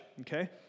okay